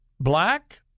Black